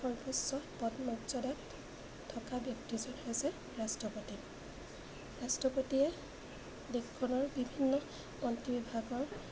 সৰ্বোচ্চ পদমৰ্যদাত থকা ব্যক্তিজনেই হৈছে ৰাষ্ট্ৰপতি ৰাষ্ট্ৰপতিয়ে দেশখনৰ বিভিন্ন মন্ত্ৰি বিভাগৰ